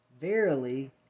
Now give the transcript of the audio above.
verily